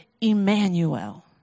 Emmanuel